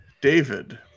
david